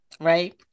right